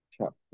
chapter